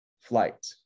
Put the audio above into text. flight